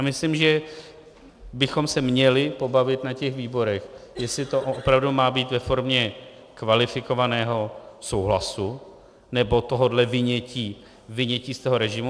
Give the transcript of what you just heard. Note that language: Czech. Myslím, že bychom se měli pobavit na těch výborech, jestli to opravdu má být ve formě kvalifikovaného souhlasu, nebo tohohle vynětí z toho režimu.